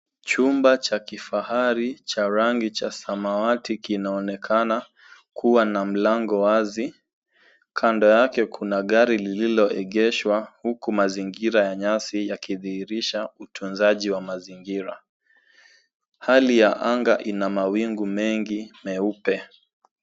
Chumba cha kifahari cha rangi cha samawati kinaonekana kuwa na malngo wazi, kando yake kuna gari lililoegeshwa huku mazingira ya nyasi yakidhihirisha utunzaji wa mazingira, Hali ya anga ina mawingu mengi meupe.